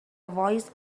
voice